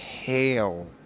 hell